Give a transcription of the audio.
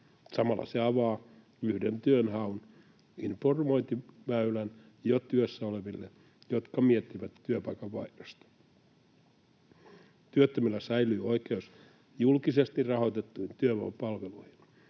Samalla se avaa yhden työnhaun informointiväylän jo työssä oleville, jotka miettivät työpaikan vaihdosta. Työttömillä säilyy oikeus julkisesti rahoitettuihin työvoimapalveluihin.